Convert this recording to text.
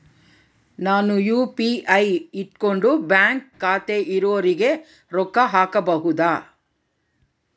ನಾನು ಯು.ಪಿ.ಐ ಇಟ್ಕೊಂಡು ಬ್ಯಾಂಕ್ ಖಾತೆ ಇರೊರಿಗೆ ರೊಕ್ಕ ಹಾಕಬಹುದಾ?